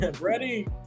ready